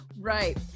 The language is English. Right